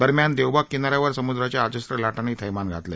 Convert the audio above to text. दरम्यान देवबाग किनाऱ्यावर समुद्राच्या अजस्त्र लाटांनी थैमान घातलं